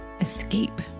Escape